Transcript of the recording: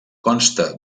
consta